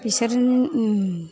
बिसोर